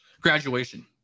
Graduation